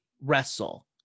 wrestle